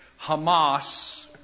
Hamas